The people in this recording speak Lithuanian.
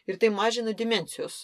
ir tai mažina demencijos